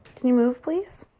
can you move, please?